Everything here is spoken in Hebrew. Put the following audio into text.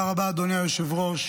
תודה רבה, אדוני היושב-ראש.